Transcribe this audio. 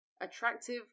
attractive